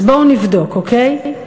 אז בואו נבדוק, אוקיי?